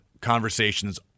conversations